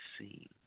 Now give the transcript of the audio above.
seen